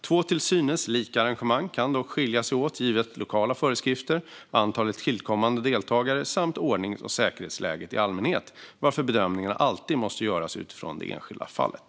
Två till synes lika arrangemang kan dock skilja sig åt givet lokala föreskrifter, antalet tillkommande deltagare samt ordnings och säkerhetsläget i allmänhet, varför bedömningarna alltid måste göras utifrån det enskilda fallet.